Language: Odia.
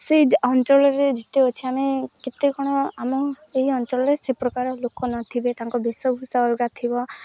ସେଇ ଅଞ୍ଚଳ ରେ ଯେତେ ଅଛି ଆମେ କେତେ କ'ଣ ଆମ ଏହି ଅଞ୍ଚଳ ରେ ସେ ପ୍ରକାର ଲୋକ ନ ଥିବେ ତାଙ୍କ ବେଶ ଭୁଷା ଅଲଗା ଥିବ